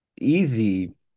easy